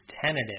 tentative